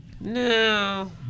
No